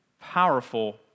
powerful